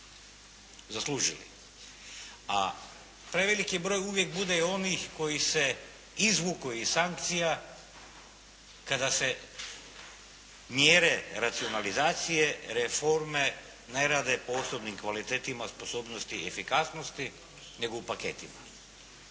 A, preveliki broj uvijek bude i onih koji se izvuku iz sankcija, kada se mjere racionalizacije, reforme, ne rade po osobnim kvalitetama sposobnosti i efikasnosti nego u paketima.